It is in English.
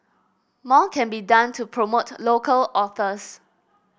more can be done to promote local authors